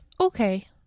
okay